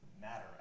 matter